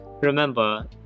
Remember